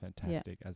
fantastic